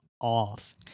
off